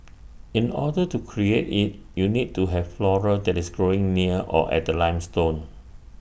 in order to create IT you need to have flora that is growing near or at the limestone